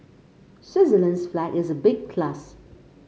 Switzerland's flag is a big plus